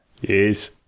Yes